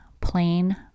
plain